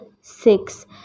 six